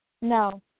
No